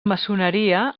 maçoneria